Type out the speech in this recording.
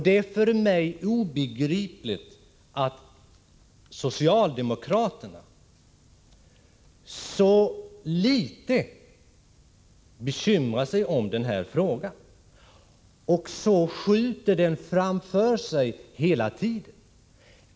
Det är för mig obegripligt att socialdemokraterna så litet bekymrar sig om den frågan och skjuter den framför sig hela tiden.